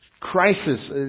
Crisis